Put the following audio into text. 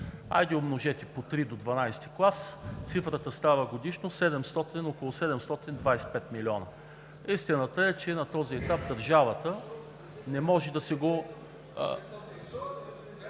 Умножете по три до ХII клас, цифрата става годишно около 725 милиона. Истината е, че на този етап държавата не може да си го…